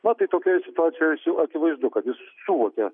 na tai tokioj situacijoj akivaizdu kad jis suvokia